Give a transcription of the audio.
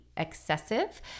excessive